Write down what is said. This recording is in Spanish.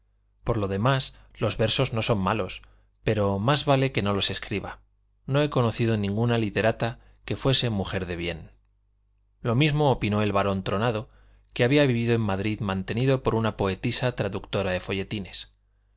por lo demás los versos no son malos pero más vale que no los escriba no he conocido ninguna literata que fuese mujer de bien lo mismo opinó el barón tronado que había vivido en madrid mantenido por una poetisa traductora de folletines